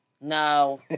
No